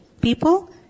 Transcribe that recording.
people